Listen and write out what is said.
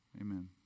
amen